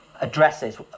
Addresses